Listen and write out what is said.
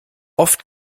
oft